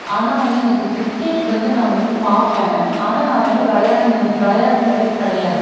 ஆனால் வந்து எனக்கு கிரிக்கெட் வந்து நான் வந்து பார்ப்பேன் ஆனால் நான் வந்து விளையாடுன விளையாடுனது கிடையாது